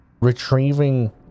retrieving